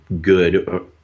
good